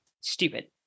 stupid